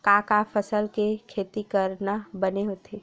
का का फसल के खेती करना बने होथे?